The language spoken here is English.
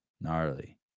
gnarly